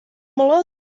meló